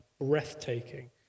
breathtaking